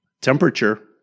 Temperature